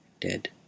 dead